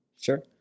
Sure